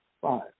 Five